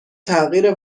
تغییر